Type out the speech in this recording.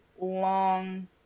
long